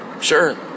sure